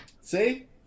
See